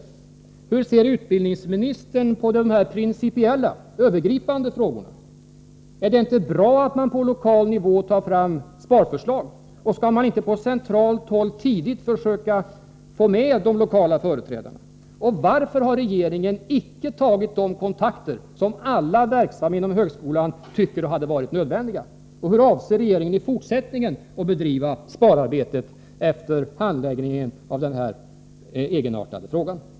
Hur ser utbildningsministern på de principiella, övergripande frågorna? Är det inte bra att man på lokal nivå tar fram sparförslag, och skall man inte på centralt håll tidigt försöka få med de lokala företrädarna? Och varför har regeringen icke tagit de kontakter som alla som är verksamma inom högskolan tycker är nödvändiga? Hur avser regeringen att i fortsättningen bedriva spararbetet efter handläggningen av den här egenartade frågan?